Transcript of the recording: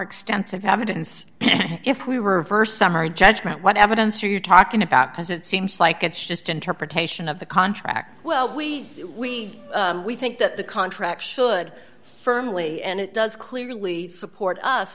extensive evidence if we reversed summary judgment what evidence are you talking about because it seems like it's just interpretation of the contract well we we we think that the contract should firmly and it does clearly support us